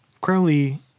Crowley